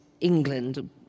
England